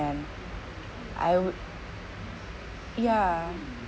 I would ya